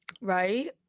Right